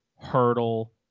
Hurdle